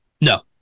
No